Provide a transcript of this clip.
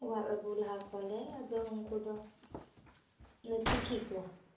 ᱚᱣᱟᱨ ᱟ ᱜᱩ ᱞᱟᱦᱟ ᱠᱚᱣᱟ ᱞᱮ ᱟᱫᱚ ᱩᱱᱠᱩ ᱫᱚ ᱞᱮ ᱛᱤᱠᱤ ᱠᱚᱣᱟ